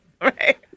Right